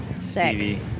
Stevie